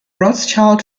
rothschild